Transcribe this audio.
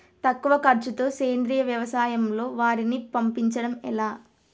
తక్కువ ఖర్చుతో సేంద్రీయ వ్యవసాయంలో వారిని పండించడం ఎలా?